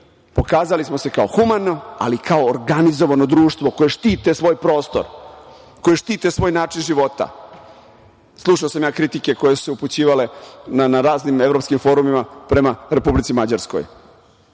Pokazali smo se kao humano, ali kao organizovano društvo, koje štiti svoj prostor, koji štiti svoj način života. Slušao sam ja kritike koje su se upućivale na raznim evropskim forumima prema Republici Mađarskoj.